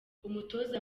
umutoza